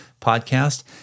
podcast